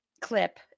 clip